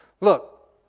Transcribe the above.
Look